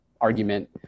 argument